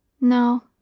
No